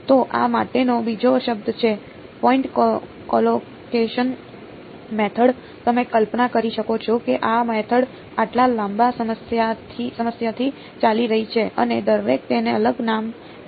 તો આ માટેનો બીજો શબ્દ છે પોઈન્ટ કોલોકેશન મેથડ તમે કલ્પના કરી શકો છો કે આ મેથડ આટલા લાંબા સમયથી ચાલી રહી છે અને દરેકે તેને અલગ નામ આપ્યું છે